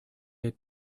had